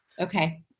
Okay